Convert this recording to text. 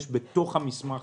בתוך מסמך